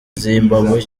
zimbabwe